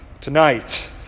tonight